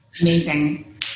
amazing